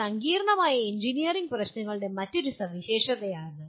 സങ്കീർണ്ണമായ എഞ്ചിനീയറിംഗ് പ്രശ്നങ്ങളുടെ മറ്റൊരു സവിശേഷതയാണിത്